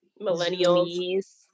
millennials